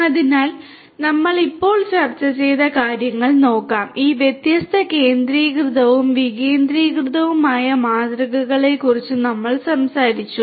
അതിനാൽ നമ്മൾ ഇപ്പോൾ ചർച്ച ചെയ്ത കാര്യങ്ങൾ നോക്കാം ഈ വ്യത്യസ്ത കേന്ദ്രീകൃതവും വികേന്ദ്രീകൃതവുമായ മാതൃകകളെക്കുറിച്ച് ഞങ്ങൾ സംസാരിച്ചു